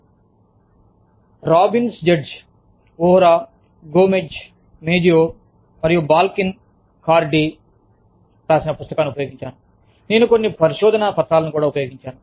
పుస్తకం Robbins judge Vohra Gomez Mejia Balkin Cardy Robbins Judge Gomez Mejia Balkin Cardy మరియు నేను కొన్ని పరిశోధనా పత్రాలను ఉపయోగించాను